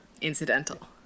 incidental